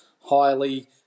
highly